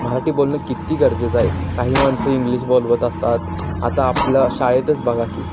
मराठी बोलणं कित्ती गरजेचं आहे काही माणसं इंग्लिश बोलवत असतात आता आपलं शाळेतच बघा की